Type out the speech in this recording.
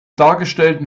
dargestellten